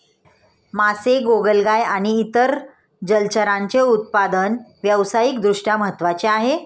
मासे, गोगलगाय आणि इतर जलचरांचे उत्पादन व्यावसायिक दृष्ट्या महत्त्वाचे आहे